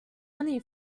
money